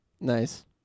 Nice